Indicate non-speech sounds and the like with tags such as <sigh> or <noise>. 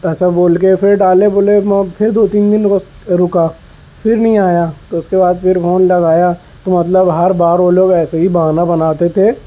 ایسا بول کے پھر ڈالے بولے ایک <unintelligible> پھر دو تین دن اس رکا پھر نہیں آیا تو اس کے بعد پھر فون لگایا تو مطلب ہر بار وہ لوگ ایسے ہی بہانا بناتے تھے